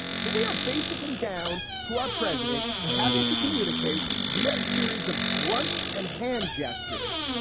so we are basically down to our president having to communicate via a series of grunts and hand gestures.